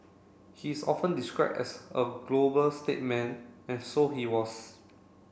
he is often described as a global stateman and so he was